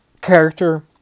character